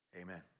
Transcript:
amen